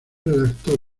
redactor